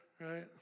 right